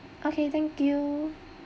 okay thank you